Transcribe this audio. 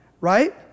right